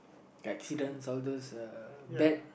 accidents all those uh bad